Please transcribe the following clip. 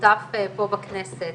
רפואה מותאמת אישית,